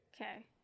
Okay